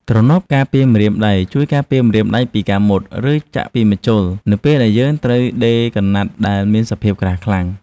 ទ្រនាប់ការពារម្រៀមដៃ ជួយការពារម្រាមដៃពីការមុត ឬចាក់ពីម្ជុលនៅពេលដែលយើងត្រូវដេរក្រណាត់ដែលមានសភាពក្រាស់ខ្លាំង។